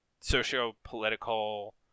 socio-political